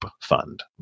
fund